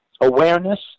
awareness